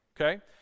okay